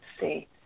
see